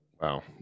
wow